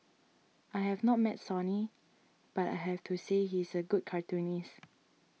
I have not met Sonny but I have to say he is a good cartoonist